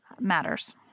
Matters